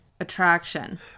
attraction